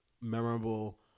memorable